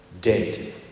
dead